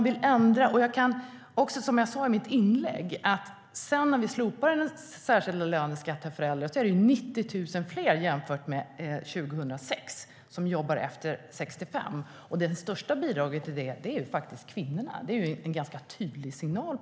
Som jag sa i mitt inlägg är det, sedan vi slopade den särskilda löneskatten för äldre, 90 000 fler jämfört med 2006 som jobbar efter 65 års ålder. Det största bidraget där står kvinnorna för. Det är en ganska tydlig signal.